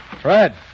Fred